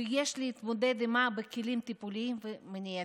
וכי יש להתמודד עימה בכלים טיפוליים ומניעתיים.